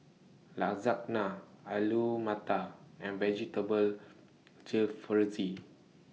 Lasagna Alu Matar and Vegetable Jalfrezi